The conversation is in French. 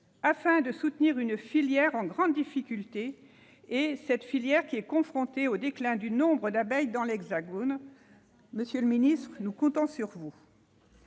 afin de soutenir une filière en grande difficulté, confrontée au déclin du nombre d'abeilles dans l'Hexagone. Monsieur le ministre, nous comptons sur vous.